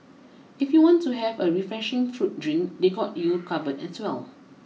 if you want to have a refreshing fruit drink they got you covered as well